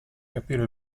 capire